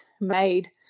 made